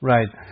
Right